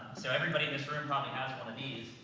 so everybody in this room probably has one of these,